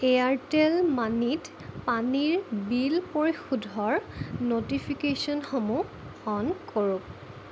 Airtel মানিত পানীৰ bill পৰিশোধৰ ন'টিফিকেশ্যনসমূহ অ'ন কৰক